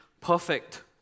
perfect